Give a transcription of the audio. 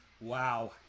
wow